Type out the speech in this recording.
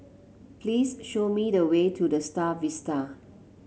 please show me the way to The Star Vista